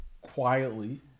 quietly